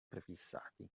prefissati